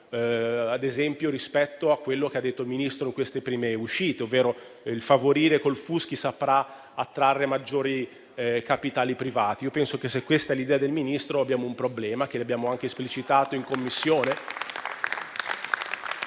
punti. Rispetto a quello che ha detto il Ministro nelle prime uscite, quando ha parlato di favorire con il FUS chi saprà attrarre maggiori capitali privati, penso che, se questa è l'idea del Ministro, abbiamo un problema, che abbiamo anche esplicitato in Commissione,